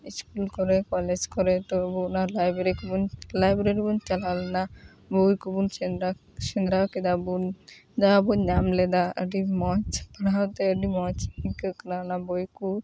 school ᱠᱚᱨᱮ college ᱠᱚᱨᱮ ᱛᱚ ᱟᱵᱚ ᱚᱱᱟ ᱞᱟᱭᱵᱮᱨᱤ ᱠᱚᱵᱚᱱ ᱞᱟᱭᱵᱮᱨᱤ ᱨᱮᱵᱚᱱ ᱪᱟᱞᱟᱣ ᱞᱮᱱᱟ ᱵᱳᱭ ᱠᱚᱵᱚᱱ ᱥᱮᱸᱫᱽᱨᱟ ᱥᱮᱸᱫᱽᱨᱟ ᱠᱮᱫᱟ ᱵᱚᱱ ᱡᱟᱦᱟᱸ ᱵᱚᱱ ᱧᱟᱢ ᱞᱮᱫᱟ ᱟᱹᱰᱤ ᱢᱚᱡᱽ ᱯᱟᱲᱦᱟᱣ ᱮ ᱟᱹᱰᱤ ᱢᱚᱡᱽ ᱟᱹᱭᱠᱟᱹᱜ ᱠᱟᱱᱟ ᱚᱱᱟ ᱵᱳᱭ ᱠᱚ